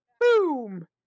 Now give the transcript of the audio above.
boom